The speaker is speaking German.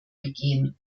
begehen